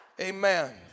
Amen